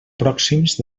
pròxims